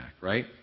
right